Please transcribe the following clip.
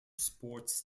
sports